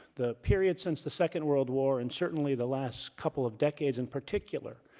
the period since the second world war, and certainly the last couple of decades in particular,